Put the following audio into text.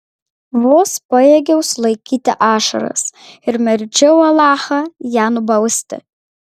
vos pajėgiau sulaikyti ašaras ir meldžiau alachą ją nubausti